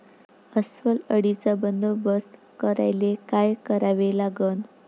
अस्वल अळीचा बंदोबस्त करायले काय करावे लागन?